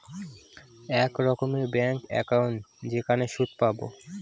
এক রকমের bank account যেখানে সুদ পাবো